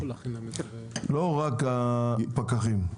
לא רק הפקחים.